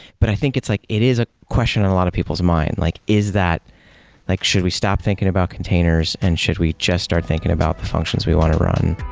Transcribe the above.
but i think it's like it is a question in a lot of people's minds. like is that like should we stop thinking about containers and should we just start thinking about the functions we want to run?